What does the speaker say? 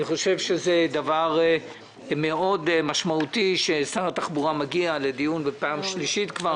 אני חושב שזה דבר מאוד משמעותי ששר התחבורה מגיע לדיון בפעם שלישית כבר.